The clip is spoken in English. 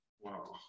Wow